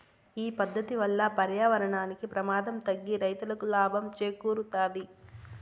ఈ పద్దతి వల్ల పర్యావరణానికి ప్రమాదం తగ్గి రైతులకి లాభం చేకూరుతాది